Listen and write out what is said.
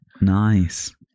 nice